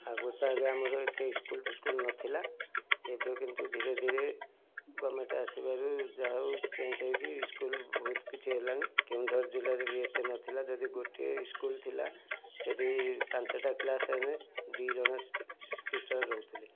ଆଗରୁ ତ ଆଜ୍ଞା ଆମର ଏତେ ଇସ୍କୁଲ୍ଫିସ୍କୁଲ୍ ନଥିଲା ଏବେ କିନ୍ତୁ ଧୀରେ ଧୀରେ ଗର୍ମେଣ୍ଟ୍ ଆସିବାରୁ ଯାହାହେଉ ଚେଞ୍ଜ୍ ହେଇକି ଇସ୍କୁଲ୍ ବହୁତ କିଛି ହେଲାଣି କେଉଁଝର ଜିଲ୍ଲାରେ ବି ଏତେ ନଥିଲା ଯଦି ଗୋଟିଏ ଇସ୍କୁଲ୍ ଥିଲା ସେଠି ପାଞ୍ଚଟା କ୍ଲାସ୍ ହେଲେ ଦୁଇ ଜଣ ଟିଚର୍ ରହୁଥିଲେ